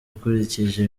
ukurikije